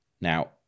now